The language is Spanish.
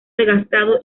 desgastado